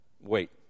wait